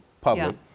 public